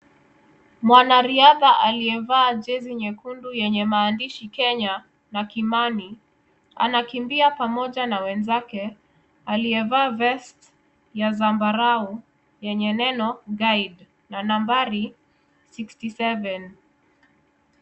Mwanariadha aliyevaa jezi nyekundu lenye maandishi Kenya na Kimani anakimbia pamoja na wenzake waliovaa vest ya zambarau yenye neno guide na nambari 67 .